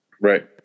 Right